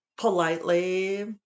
politely